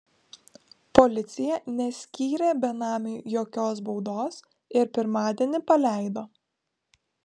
policija neskyrė benamiui jokios baudos ir pirmadienį paleido